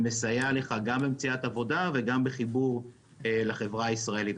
ומסייע לך גם במציאת עבודה וגם בחיבור לחברה הישראלית.